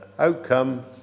outcome